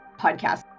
podcast